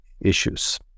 issues